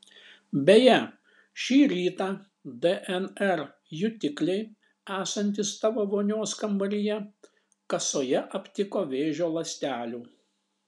beje šį rytą dnr jutikliai esantys tavo vonios kambaryje kasoje aptiko vėžio ląstelių